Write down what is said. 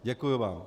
Děkuji vám.